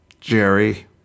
jerry